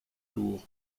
tour